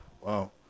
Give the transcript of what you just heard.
Wow